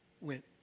went